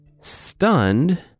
Stunned